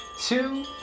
two